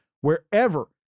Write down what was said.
wherever